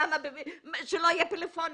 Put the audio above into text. שלא יהיו פלאפונים.